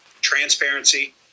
transparency